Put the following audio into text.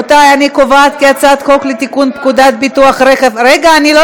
קובעת כי הצעת חוק לתיקון פקודת ביטוח רכב מנועי לא,